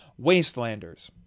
Wastelanders